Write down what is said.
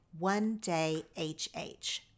OneDayHH